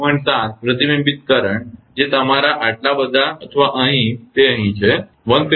7 પ્રતિબિંબિત કરંટ જે તમારા આટલા બધા અથવા અહીં તે અહીં છે 179